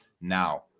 now